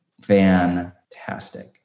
fantastic